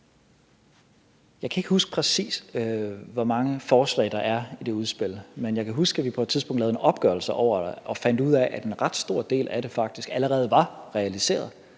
Jeg kan ikke huske, præcis hvor mange forslag der er i det udspil. Men jeg kan huske, at vi på et tidspunkt lavede en opgørelse over det og fandt ud af, at en ret stor del af det faktisk allerede var realiseret,